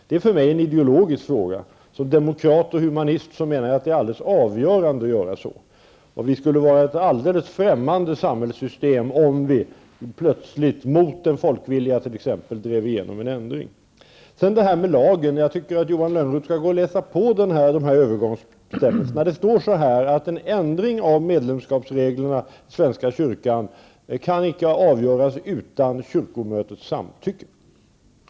Det är för mig en ideologisk fråga. Som demokrat och humanist menar jag att det är alldeles avgörande att gå till väga så. Vi skulle ha ett alldeles främmande samhällssystem om vi plötsligt mot en folkvilja drev igenom en ändring. Jag tycker att Johan Lönnroth skall läsa på övergångsbestämmelserna i lagen. Det står: En ändring av medlemskapsreglerna i svenska kyrkan kan icke avgöras utan kyrkomötets samtycke.